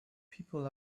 people